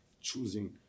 choosing